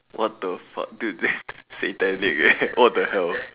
what the fuck dude that's satanic eh what the hell